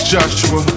Joshua